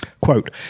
quote